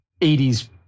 80s